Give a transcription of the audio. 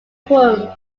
whom